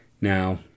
Now